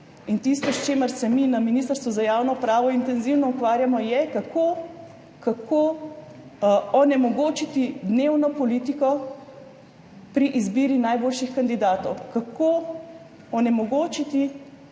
Tisto, s čimer se mi na Ministrstvu za javno upravo intenzivno ukvarjamo, je, kako onemogočiti dnevno politiko pri izbiri najboljših kandidatov, kako onemogočiti